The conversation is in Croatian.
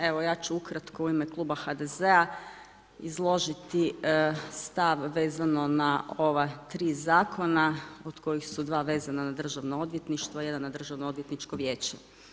Evo ja ću ukratko u ime kluba HDZ-a izložiti stav vezano na ova tri zakona od kojih su dva vezana na državno odvjetništvo, jedan na Državno odvjetničko vijeće.